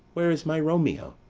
where is my romeo?